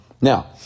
Now